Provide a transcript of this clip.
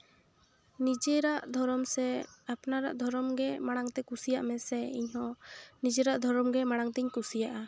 ᱱᱤᱡᱮᱨᱟᱜ ᱫᱷᱚᱨᱚᱢ ᱥᱮ ᱟᱯᱱᱟᱨᱟᱜ ᱫᱷᱚᱨᱚᱢ ᱜᱮ ᱢᱟᱲᱟᱝ ᱛᱮ ᱠᱩᱥᱤᱭᱟᱜ ᱢᱮᱥᱮ ᱤᱧ ᱦᱚᱸ ᱱᱤᱡᱮᱨᱟᱜ ᱫᱷᱚᱨᱚᱢ ᱜᱮ ᱢᱟᱲᱟᱝ ᱛᱮᱧ ᱠᱩᱥᱤᱭᱟᱜᱼᱟ